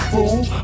Fool